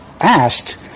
asked